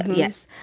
yes.